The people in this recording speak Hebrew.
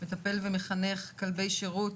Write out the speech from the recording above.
מטפל ומחנך כלבי שירות.